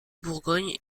bourgogne